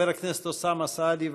חבר הכנסת אוסאמה סעדי,